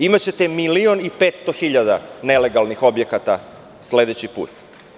Imaćete milion i 500 hiljada nelegalnih objekata sledeći put.